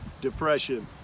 depression